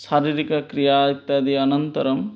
शारीरिकक्रिया इत्यादि अनन्तरं